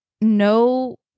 no